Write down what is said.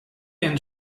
and